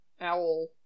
owl